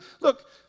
Look